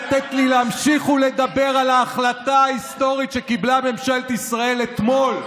לתת לי להמשיך ולדבר על ההחלטה ההיסטורית שקיבלה ממשלת ישראל אתמול.